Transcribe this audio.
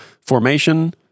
formation